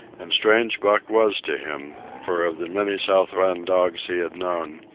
and strange buck was to him, for of the many southland dogs he had known,